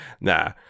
Nah